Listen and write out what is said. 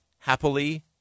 Happily